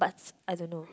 I don't know